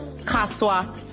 Kaswa